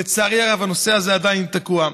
לצערי הרב הנושא הזה עדיין תקוע.